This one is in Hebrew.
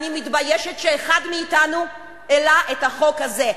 אני מתביישת שאחד מאתנו העלה את החוק הזה.